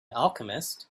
alchemist